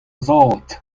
zad